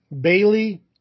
Bailey